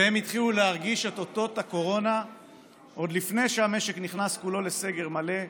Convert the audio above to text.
והם התחילו להרגיש את אותות הקורונה עוד לפני שהמשק נכנס כולו לסגר מלא,